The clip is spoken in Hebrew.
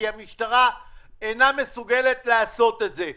כי המשטרה אינה מסוגלת לעשות את זה.